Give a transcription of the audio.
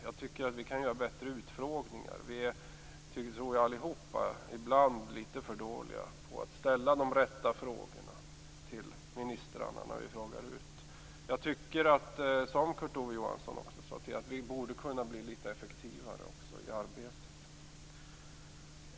Jag tycker att vi kan göra bättre utfrågningar. Vi är alla ibland litet för dåliga på att ställa de rätta frågorna till ministrarna när vi frågar ut dem. Jag tycker, liksom Kurt Ove Johansson, att vi kunde bli litet effektivare i arbetet.